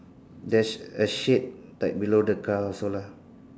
there's a shade like below the car also lah